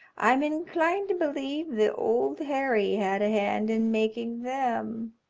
i'm inclined to believe the old harry had a hand in making them.